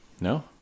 No